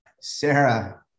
Sarah